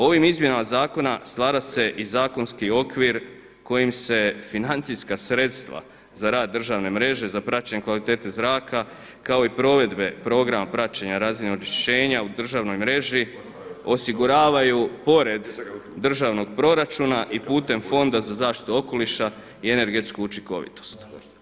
Ovim izmjenama zakona stvara se i zakonski okvir kojim se financijska sredstva za rad državne mreže, za praćenje kvalitete zraka kao i provedbe programa praćenja razine onečišćenja u državnoj mreži, osiguravaju pored državnog proračuna i putem Fonda za zaštitu okoliša i energetsku učinkovitost.